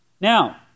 Now